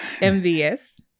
MVS